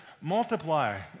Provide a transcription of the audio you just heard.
Multiply